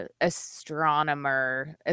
astronomer